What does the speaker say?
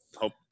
hope